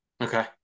Okay